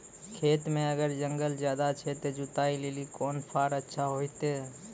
खेत मे अगर जंगल ज्यादा छै ते जुताई लेली कोंन फार अच्छा होइतै?